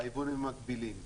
ביבואנים המקבילים.